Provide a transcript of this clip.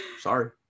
sorry